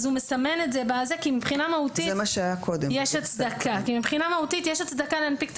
הוא מסמן את זה כי מבחינה מהותית יש הצדקה להנפיק את